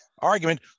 argument